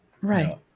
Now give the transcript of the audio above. Right